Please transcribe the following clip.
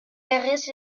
legez